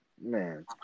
man